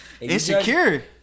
Insecure